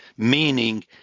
meaning